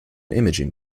imaging